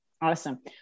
awesome